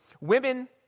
Women